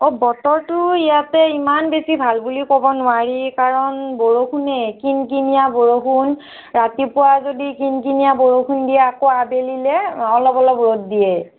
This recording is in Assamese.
অঁ বতৰটো ইয়াতে ইমান বেছি ভাল বুলিও ক'ব নোৱাৰি কাৰণ বৰষুণেই কিনকিনিয়া বৰষুণ ৰাতিপুৱা যদি কিনকিনিয়া বৰষুণ দিয়ে আকৌ আবেলিলে অলপ অলপ ৰ'দ দিয়ে